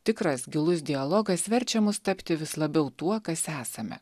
tikras gilus dialogas verčia mus tapti vis labiau tuo kas esame